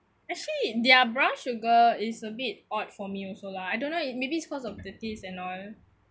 actually their brown sugar is a bit odd for me also lah I don't know it maybe it's cause of the taste and all